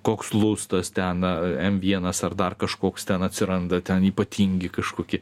koks lustas ten m vienas ar dar kažkoks ten atsiranda ten ypatingi kažkokie